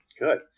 Good